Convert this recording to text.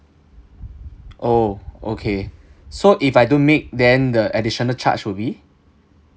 oh okay so if I don't meet then the additional charge will be